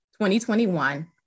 2021